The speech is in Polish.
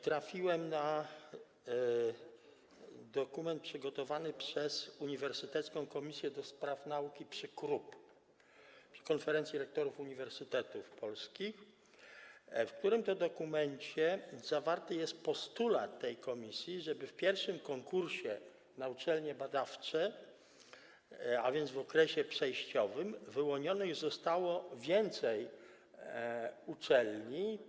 Trafiłem na dokument przygotowany przez Uniwersytecką Komisję Nauki przy Konferencji Rektorów Uniwersytetów Polskich, w którym to dokumencie zawarty jest postulat tej komisji, żeby w pierwszym konkursie na uczelnie badawcze, a więc w okresie przejściowym, wyłonionych zostało więcej uczelni.